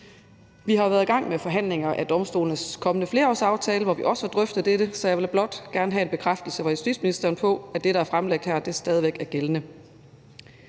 Vi har jo været i gang med forhandlinger om domstolenes kommende flerårsaftale, hvor vi også har drøftet dette, så jeg vil blot gerne have en bekræftelse fra justitsministeren på, at det, der er fremlagt her, stadig væk er gældende.